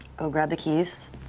ah grab the keys.